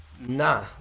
Nah